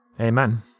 Amen